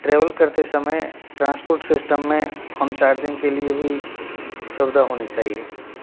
travel करते समय transport system में फोन चार्जिंग के लिए भी सुविधा होनी चाहिए